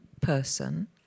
person